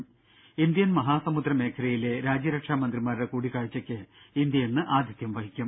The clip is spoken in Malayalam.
ത ഇന്ത്യൻ മഹാസമുദ്ര മേഖലയിലെ രാജ്യരക്ഷാ മന്ത്രിമാരുടെ കൂടിക്കാഴ്ചയ്ക്ക് ഇന്ത്യ ഇന്ന് ആതിഥ്യം വഹിക്കും